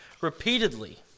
repeatedly